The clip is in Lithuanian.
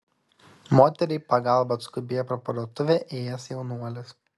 moteriai į pagalbą atskubėjo pro parduotuvę ėjęs jaunuolis